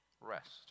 rest